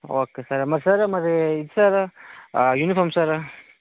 okay sir sir మరి ఇది sir uniform sir